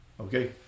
Okay